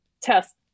test